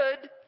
good